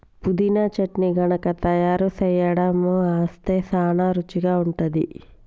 పుదీనా చట్నీ గనుక తయారు సేయడం అస్తే సానా రుచిగా ఉంటుంది